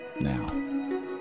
now